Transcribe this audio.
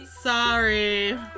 sorry